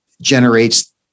generates